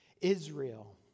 Israel